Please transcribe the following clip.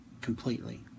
completely